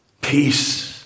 peace